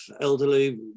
elderly